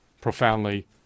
profoundly